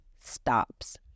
stops